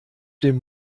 dem